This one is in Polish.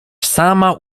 sama